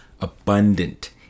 abundant